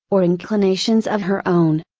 or inclinations of her own.